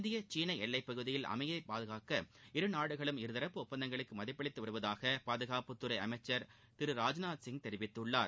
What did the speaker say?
இந்திய சீன எல்லைப்பகுதியில் அமைதியை பாதுகாக்க இரு நாடுகளும் இருதரப்பு ஒப்பந்தங்களுக்கு மதிப்பளித்து வருவதாக பாதுகாப்புத்துறை அமைச்சர் திரு ராஜ்நாத்சிங் தெரிவித்குள்ளார்